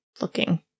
looking